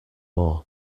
more